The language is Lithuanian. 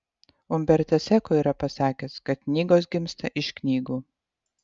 umbertas eko yra pasakęs kad knygos gimsta iš knygų